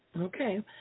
Okay